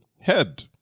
head